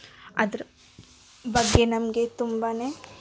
ಅದ್ರ ಬಗ್ಗೆ ನಮಗೆ ತುಂಬನೆ